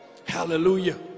hallelujah